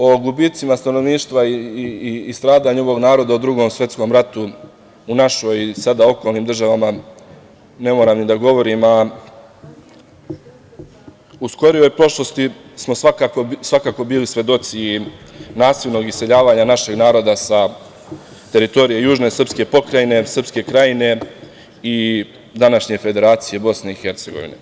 O gubicima stanovništva i stradanju ovog naroda u Drugom svetskom ratu u našoj i sada okolnim državama ne moram da govori, a u skorijoj prošlosti smo svakako bili svedoci nasilnog iseljavanja našeg naroda sa teritorije južne srpske pokrajine, Srpske Krajine i današnje Federacije Bosne i Hercegovine.